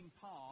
past